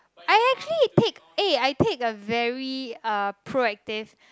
I actually pick eh I pick a very uh proactive